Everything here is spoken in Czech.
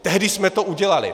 Tehdy jsme to udělali.